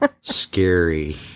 scary